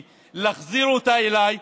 להחזיר אותה אליי,